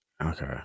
Okay